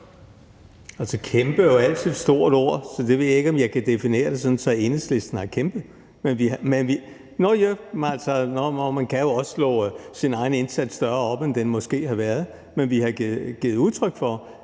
Altså, kæmpe jo altid et stort ord, så jeg ved ikke, om jeg kan definere det sådan, at Enhedslisten har kæmpet – man kan jo også slå sin egen indsats større op, end den måske har været. Men vi har givet udtryk for,